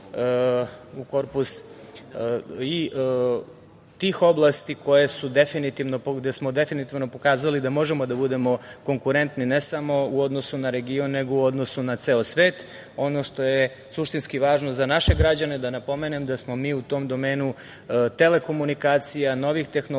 tih oblasti koje su, gde smo definitivno pokazali da možemo da budemo konkurentni ne samo u odnosu na region, nego u odnosu na ceo svet. Ono što je suštinski važno za naše građane da napomenem, da smo mi u tom domenu telekomunikacija, novih tehnologija,